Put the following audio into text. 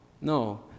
no